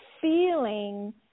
feeling